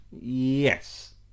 Yes